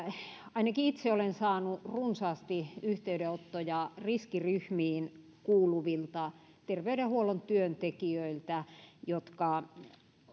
ainakin itse olen saanut runsaasti yhteydenottoja riskiryhmiin kuuluvilta terveydenhuollon työntekijöiltä jotka